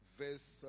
verse